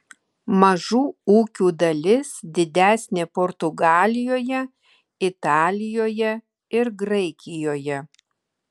mažų ūkių dalis didesnė portugalijoje italijoje ir graikijoje